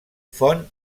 font